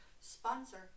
Sponsor